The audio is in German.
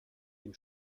dem